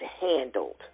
handled